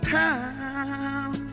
time